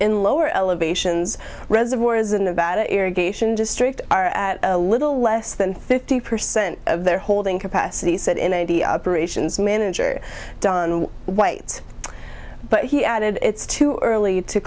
in lower elevations reservoirs in the vatican irrigation district are at a little less than fifty percent of their holding capacity said in a operations manager don white but he added it's too early to